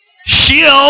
Shield